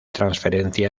transferencia